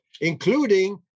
including